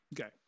Okay